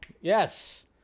yes